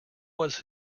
was